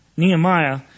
Nehemiah